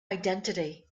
identity